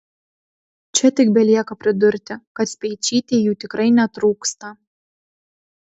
čia tik belieka pridurti kad speičytei jų tikrai netrūksta